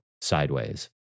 sideways